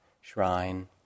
shrine